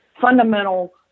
fundamental